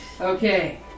Okay